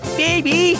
baby